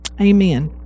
Amen